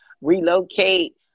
relocate